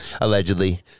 allegedly